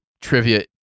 trivia